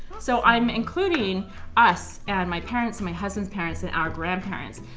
so i'm including us and my parents and my husband's parents, and our grandparents,